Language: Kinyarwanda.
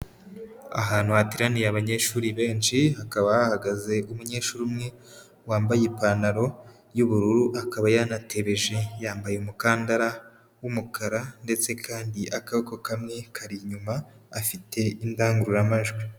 Ahantu hateraniye abanyeshuri benshi, hakaba hahagaze umunyeshuri umwe wambaye ipantaro y'ubururu akaba yanatebeje, yambaye umukandara w'umukara ndetse kandi akabo kamwe kari inyuma, afite indangururamajwi.